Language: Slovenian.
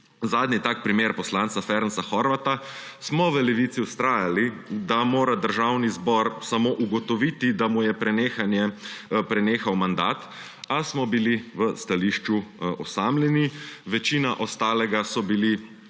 zadnji tak primer poslanca Ferenca Horvátha, smo v Levici vztrajali, da mora Državni zbor samo ugotoviti, da mu je prenehal mandat, a smo bili v stališču osamljeni, večina ostalega so bili